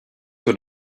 what